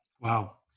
wow